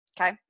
okay